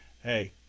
hey